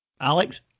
Alex